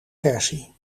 versie